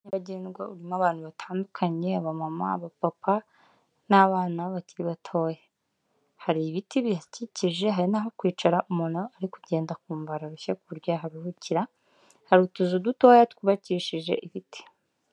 Nyagendwa urimo abantu batandukanye abamama abapapa n'abana bakiri batoya, hari ibiti bihakikije hari naho kwicara umuntu ari kugenda kugenda akumva ararushye ku buryo yaharuhukira hari utuzu dutoya twubakishije ibiti.